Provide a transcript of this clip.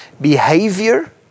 behavior